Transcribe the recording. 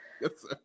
Yes